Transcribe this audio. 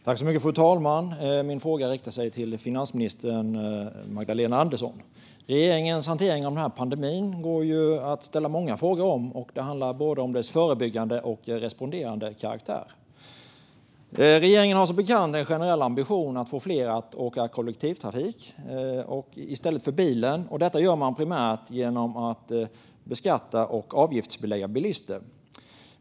Fru talman! Min fråga riktar sig finansminister Magdalena Andersson. Regeringens hantering av pandemin går det att ställa många frågor om. Det handlar både om dess förebyggande och om dess responderande karaktär. Regeringen har som bekant en generell ambition att få fler att åka med kollektivtrafik i stället för med bil. Detta gör man primärt genom att beskatta och avgiftsbelägga bilister.